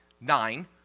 nine